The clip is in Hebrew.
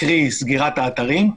קרי סגירת האתרים.